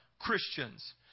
Christians